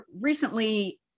recently